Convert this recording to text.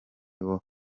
nawo